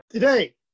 Today